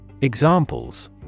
Examples